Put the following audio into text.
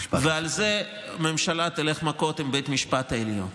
על זה הממשלה תלך מכות עם בית המשפט העליון.